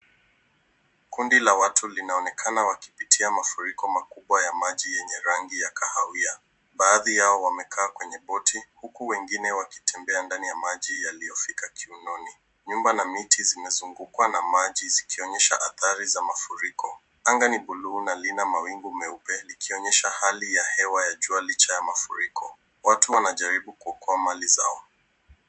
Kundi la watu linaonekana wakipitia mafuriko makubwa ya maji yenye rangi ya kahawia, baadhi yao wamekaa kwenye boti huku wengine wakitembea ndani ya maji yaliyofika kiunoni. Nyumba na miti zimezugukwa na maji zikionyesha adhari za mafuriko. Anga ni [blue] na linamawigu meupe ikionyesha hali ya hewa ya jua licha ya mafuriko. Watu wanajaribu kuokoa mali zao.